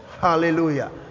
hallelujah